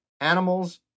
animals